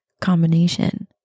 combination